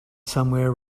somewhere